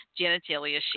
genitalia